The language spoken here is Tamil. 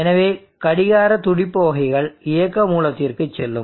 எனவே கடிகார துடிப்பு வகைகள் இயக்க மூலத்திற்கு செல்லும்